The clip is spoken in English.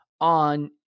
on